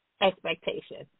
expectations